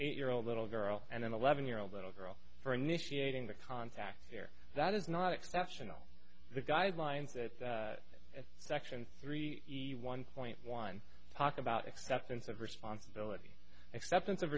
eight year old little girl and an eleven year old little girl for initiating the contact there that is not exceptional the guidelines that at section three one point one talk about acceptance of responsibility acceptance of